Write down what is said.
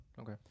Okay